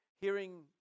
hearing